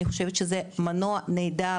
אני חושבת שזה מנוע נהדר,